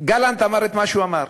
גלנט אמר את מה שהוא אמר,